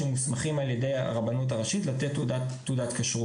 שהם מוסמכים על ידי הרבנות הראשית לתת תעודת כשרות.